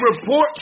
report –